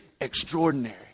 extraordinary